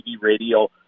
radio